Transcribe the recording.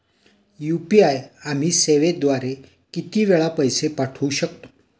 UPI आम्ही सेवेद्वारे किती वेळा पैसे पाठवू शकतो?